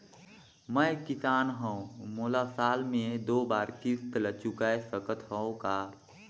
मैं किसान हव मोला साल मे दो बार किस्त ल चुकाय सकत हव का?